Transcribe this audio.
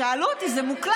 אף אחד